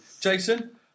Jason